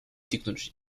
technology